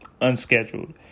unscheduled